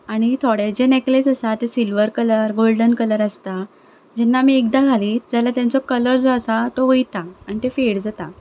आनी थोडे जे नेक्लेस आसता ते सिल्वर कलर गोल्डन कलर आसतात जेन्ना आमी एकदां घालीत जाल्यार तेंचो कलर जो आसा तो वयता आनी ते फेड जातात